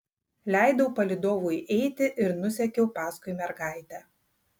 leidau palydovui eiti ir nusekiau paskui mergaitę